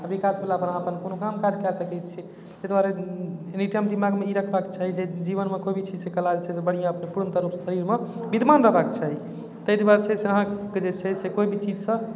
आओर विकास भेलापर अहाँ अपन कोनो काम काज कऽ सकै छी ताहि दुआरे एनी टाइम दिमागमे ई रखबाके चाही जे जीवनमे कोइ भी चीज जे छै कला जे छै से बढ़िआँ अपन पूर्णत अपन शरीरमे विद्यमान रहबाके चाही ताहि दुआरे छै से अहाँके जे छै से कोइ भी चीजसँ